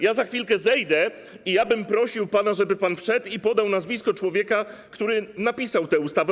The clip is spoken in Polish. Ja za chwilkę zejdę i ja bym prosił pana, żeby pan wszedł i podał nazwisko człowieka, który napisał tę ustawę.